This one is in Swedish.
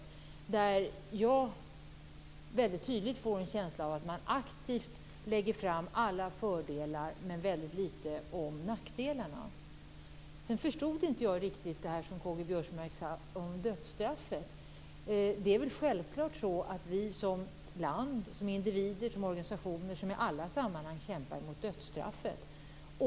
Jag får en väldigt tydlig känsla av att man aktivt lägger fram alla fördelar men väldigt litet om nackdelarna. Jag förstod inte riktigt det som K-G Biörsmark sade om dödsstraffet. Sverige som land, vi som individer och organisationerna kämpar i alla sammanhang mot dödsstraffet.